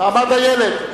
מעמד הילד.